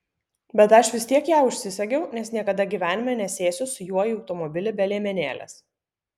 bet aš vis tiek ją užsisegiau nes niekada gyvenime nesėsiu su juo į automobilį be liemenėlės